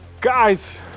Guys